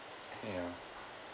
yeah